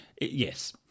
yes